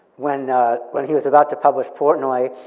when when he was about to publish portnoy,